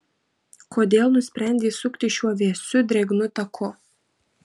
kodėl nusprendei sukti šiuo vėsiu drėgnu taku